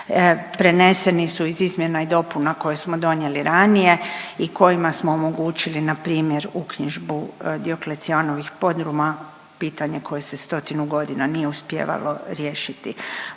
preneseni su iz izmjena i dopuna koje smo donijeli ranije i kojima smo omogućili, npr. uknjižbu Dioklecijanovih podruma, pitanje koje se stotinu godina nije uspijevalo riješiti.